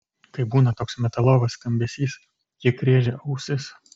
kai būna toks metalovas skambesys kiek rėžia ausis